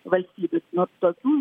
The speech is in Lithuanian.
valstybių no tokių